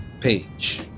page